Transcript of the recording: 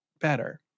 better